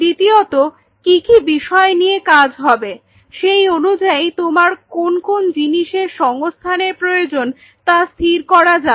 দ্বিতীয়ত কি কি বিষয় নিয়ে কাজ হবে সেই অনুযায়ী তোমার কোন কোন জিনিসের সংস্থানের প্রয়োজন তা স্থির করা যাবে